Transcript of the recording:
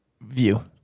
view